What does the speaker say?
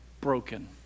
broken